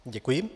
Děkuji.